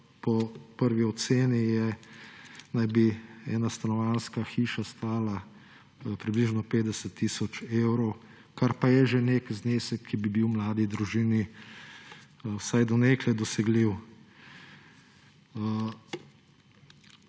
Po prvi oceni naj bi ena stanovanjska hiša stala približno 50 tisoč evrov, kar pa je že nek znesek, ki bi bil mladi družini vsaj do neke mere dosegljiv.